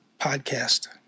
podcast